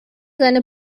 seine